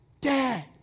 Dad